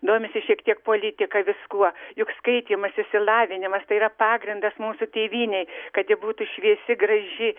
domisi šiek tiek politika viskuo juk skaitymas išsilavinimas tai yra pagrindas mūsų tėvynei kad ji būtų šviesi graži